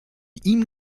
ihm